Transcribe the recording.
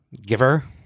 Giver